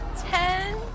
Ten